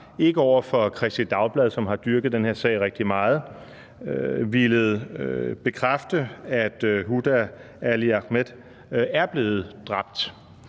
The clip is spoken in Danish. ikke over for Kristeligt Dagblad, som har dyrket den her sag rigtig meget, har villet bekræfte, at Huda Ali Ahmad er blevet dræbt.